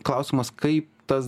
klausimas kaip tas